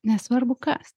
nesvarbu kas